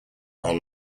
are